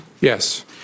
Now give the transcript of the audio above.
Yes